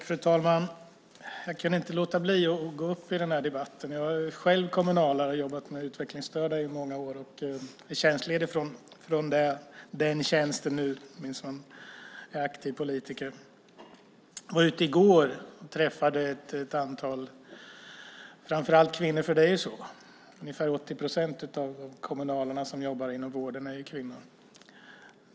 Fru talman! Jag kunde inte låta bli att gå upp i den här debatten. Jag är själv kommunalare. Jag har jobbat med utvecklingsstörda i många år och är tjänstledig från den tjänsten nu när jag är aktiv politiker. Jag var ute i går och träffade ett antal kvinnor, framför allt. Det är ju så; ungefär 80 procent av de kommunalare som jobbar inom vården är kvinnor.